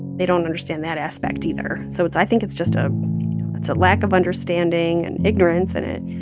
they don't understand that aspect, either. so it's i think it's just a it's a lack of understanding and ignorance, and it